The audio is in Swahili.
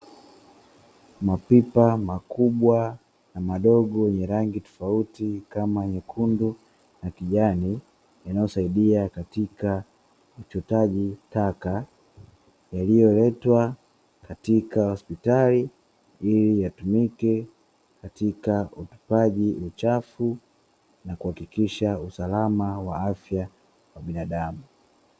Mapipa makubwa na madogo yenye rangi tofauti kama nyekundu na kijani yanayosaidia katika uchotaji taka, yaliyoletwa katika hospitali ili yatumike katika utupaji uchafu na kuhakikisha usalama wa afya wa binadamu.